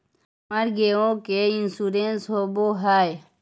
हमर गेयो के इंश्योरेंस होव है?